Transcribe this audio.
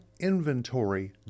inventory